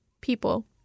people